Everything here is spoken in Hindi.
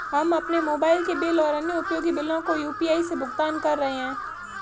हम अपने मोबाइल के बिल और अन्य उपयोगी बिलों को यू.पी.आई से भुगतान कर रहे हैं